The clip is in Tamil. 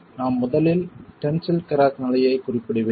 நான் முதலில் டென்சில் கிராக் நிலையைக் குறிப்பிடுவேன்